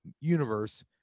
universe